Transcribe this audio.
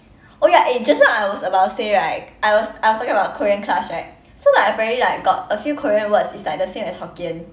oh ya eh just now I was about to say right I was I was talking about korean class right so like I apparently like got a few korean words it's like the same as hokkien